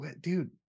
dude